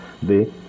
de